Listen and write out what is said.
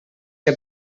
que